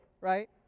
Right